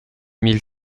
mille